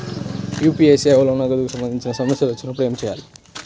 UPI సేవలలో నగదుకు సంబంధించిన సమస్యలు వచ్చినప్పుడు ఏమి చేయాలి?